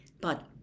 But